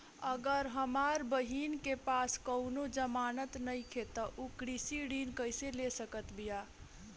अगर हमार बहिन के पास कउनों जमानत नइखें त उ कृषि ऋण कइसे ले सकत बिया?